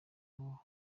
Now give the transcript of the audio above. abo